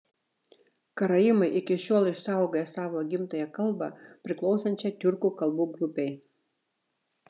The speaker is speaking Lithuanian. karaimai iki šiol išsaugoję savo gimtąją kalbą priklausančią tiurkų kalbų grupei